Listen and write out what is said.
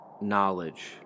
knowledge